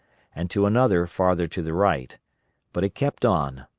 and to another farther to the right but it kept on,